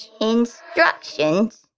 Instructions